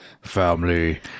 Family